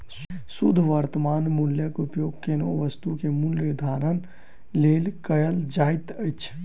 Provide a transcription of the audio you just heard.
शुद्ध वर्त्तमान मूल्यक उपयोग कोनो वस्तु के मूल्य निर्धारणक लेल कयल जाइत अछि